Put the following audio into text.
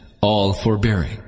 all-forbearing